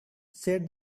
said